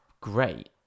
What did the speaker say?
great